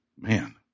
Man